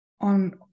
on